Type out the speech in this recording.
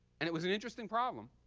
and it was an interesting problem,